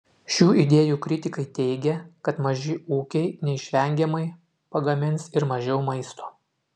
šių idėjų kritikai teigia kad maži ūkiai neišvengiamai pagamins ir mažiau maisto